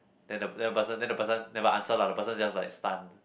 then the then the person then the person that will answer lah the person just like stun